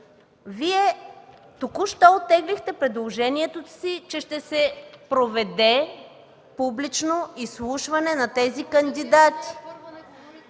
Вие оттеглихте предложението си, че ще се проведе публично изслушване на тези кандидати.